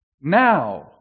Now